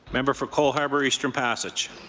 member for cole harbour-eastern passage.